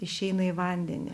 išeina į vandenį